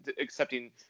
accepting